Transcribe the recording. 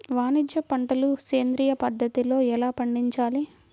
వాణిజ్య పంటలు సేంద్రియ పద్ధతిలో ఎలా పండించాలి?